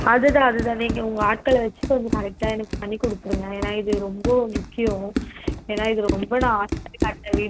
அது தான் அது தான் நீங்கள் உங்கள் ஆட்களை வைச்சி கொஞ்சம் கரெக்ட்டா எனக்கு பண்ணிக் கொடுத்துருங்க ஏன்னா இது ரொம்ப முக்கியம் ஏன்னா இது ரொம்ப நான் ஆசைப்பட்டு கட்டின